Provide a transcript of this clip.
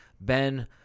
Ben